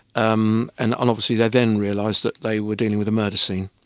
um and and obviously they then realised that they were dealing with a murder scene.